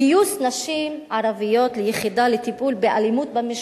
גיוס נשים ערביות ליחידה לטיפול באלימות במשפחה.